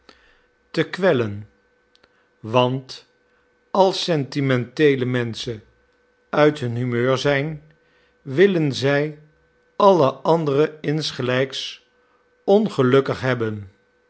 m kwellen want als sentimenteele menschen uit hun humeur zijn willen zij alle anderen insgelijks ongelukkig hebben